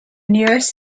nearest